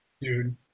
Dude